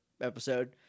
episode